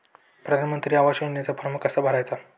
प्रधानमंत्री आवास योजनेचा फॉर्म कसा भरायचा?